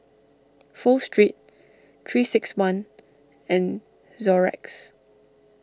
Pho Street three six one and Xorex